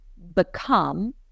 become